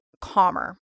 calmer